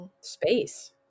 Space